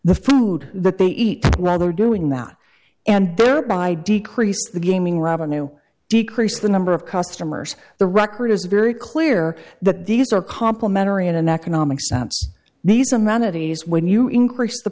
the food that they eat whether doing that and thereby decrease the gaming revenue decrease the number of customers the record is very clear that these are complimentary in an economic sense these amenities when you increase the